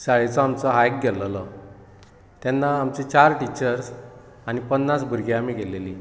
शाळेचो आमचो हायक गेल्लेलो तेन्ना आमची चार टिचर्स आनी पन्नास भुरगीं आमी गेलेलीं